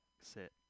sit